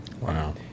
Wow